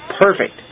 perfect